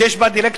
שיש בה דירקטור,